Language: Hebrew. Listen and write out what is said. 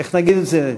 איך נגיד את זה,